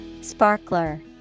Sparkler